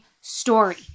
story